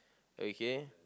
okay